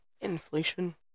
Inflation